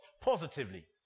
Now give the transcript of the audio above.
positively